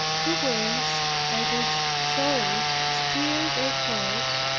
two ways by which souls steer their course,